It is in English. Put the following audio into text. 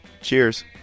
Cheers